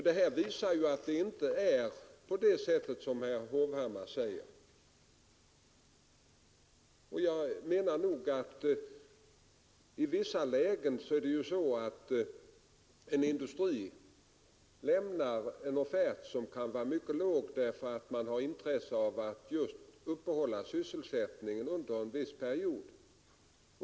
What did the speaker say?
Detta visar att det inte är på det sättet som herr Hovhammar säger. I vissa lägen kan en industri lämna en mycket låg offert, därför att man har intresse av att uppehålla syselsättningen under en viss period.